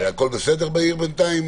הכול בסדר בעיר בינתיים?